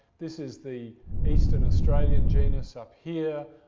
this is the eastern australian genus up here,